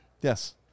Yes